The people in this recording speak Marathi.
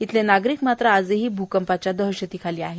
इथले नागरिक मात्र आजही भूकंपाच्या दहशती खाली कायम आहेत